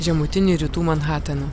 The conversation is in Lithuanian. žemutinį rytų manhateną